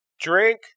Drink